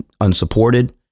unsupported